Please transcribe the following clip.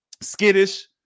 skittish